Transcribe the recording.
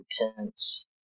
intense